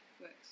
works